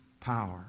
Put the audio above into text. power